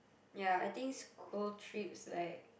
ya I think school trips like